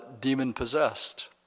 demon-possessed